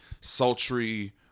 sultry